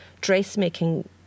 dressmaking